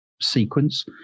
sequence